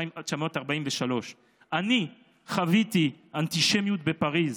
1943-1942. אני חוויתי אנטישמיות בפריז.